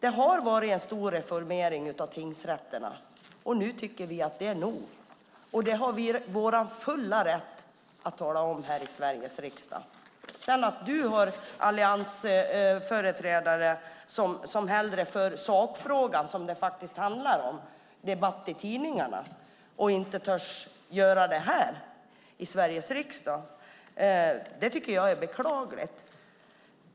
Det har varit en stor reformering av tingsrätterna. Nu tycker vi att det är nog. Det är vi i vår fulla rätt att tala om i Sveriges riksdag. Att alliansföreträdare hellre för sakfrågan i debatt i tidningarna och inte törs göra det i Sveriges riksdag är beklagligt.